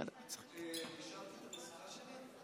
יש לך שלוש דקות.